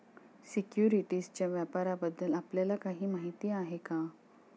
सिक्युरिटीजच्या व्यापाराबद्दल आपल्याला काही माहिती आहे का?